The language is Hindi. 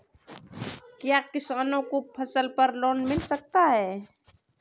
क्या किसानों को फसल पर लोन मिल सकता है?